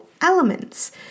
elements